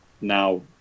now